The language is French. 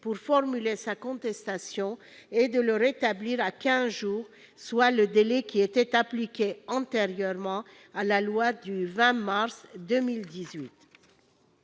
pour formuler la contestation et à le rétablir à quinze jours, soit le délai qui était appliqué antérieurement à la loi du 20 mars 2018.